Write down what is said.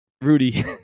Rudy